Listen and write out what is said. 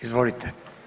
Izvolite.